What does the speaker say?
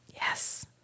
Yes